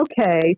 Okay